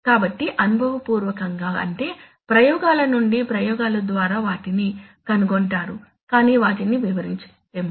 కాబట్టి అనుభవపూర్వకంగా అంటే ప్రయోగాల నుండి ప్రయోగాలు ద్వారా వాటిని కనుగొంటాము కానీ వాటిని వివరించలేము